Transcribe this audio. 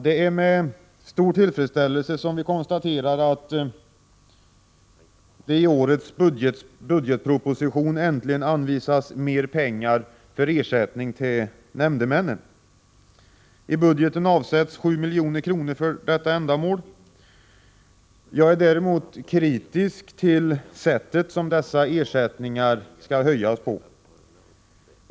Det är med stor tillfredsställelse som vi konstaterar att årets budgetproposition äntligen anvisar mer pengar för ersättning till nämndemännen. I budgeten avsätts 7 milj.kr. för detta ändamål. Jag är däremot kritisk till sättet som dessa ersättningar skall höjas på.